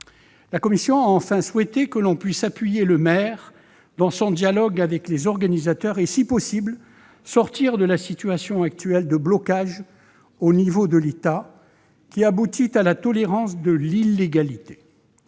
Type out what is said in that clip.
La commission a enfin souhaité que l'on puisse fournir un appui au maire dans son dialogue avec les organisateurs et, si possible, sortir de la situation actuelle de blocage au niveau de l'État, qui aboutit à la tolérance de l'illégalité.